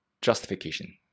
justification